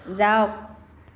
যাওক